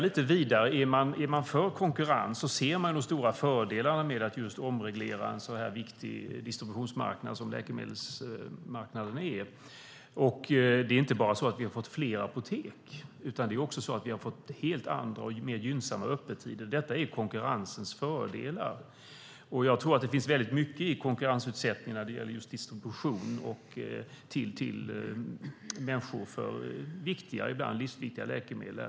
Är man för konkurrens ser man de stora fördelarna med att omreglera en så här viktig distributionsmarknad som läkemedelsmarknaden är. Och det är inte bara så att vi har fått fler apotek, utan vi har också fått helt andra och mer gynnsamma öppettider. Detta är konkurrensens fördelar. Jag tror att det finns mycket konkurrensutsättning när det gäller just distribution till människor av ibland livsviktiga läkemedel.